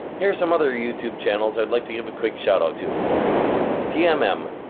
here are some other youtube channels i would like to give a quick shout-out to yeah tmm, um